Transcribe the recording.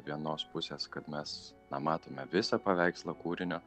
vienos pusės kad mes na matome visą paveikslą kūrinio